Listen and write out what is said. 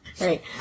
Right